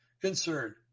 concerned